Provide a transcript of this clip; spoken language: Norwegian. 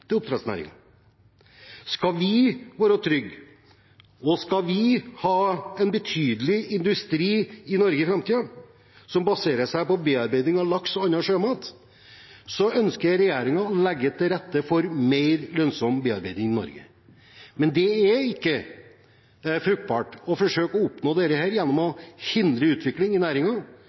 Skal vi være trygge, og skal vi ha en betydelig industri i Norge i framtiden som baserer seg på bearbeiding av laks og annen sjømat, ønsker regjeringen å legge til rette for mer lønnsom bearbeiding i Norge. Men det er ikke fruktbart å forsøke å oppnå dette gjennom å hindre utvikling i